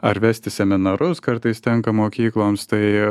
ar vesti seminarus kartais tenka mokykloms tai